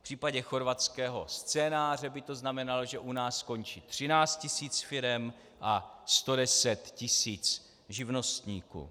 V případě chorvatského scénáře by to znamenalo, že u nás skončí 13 tis. firem a 110 tis. živnostníků.